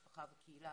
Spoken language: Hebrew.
משפחה וקהילה,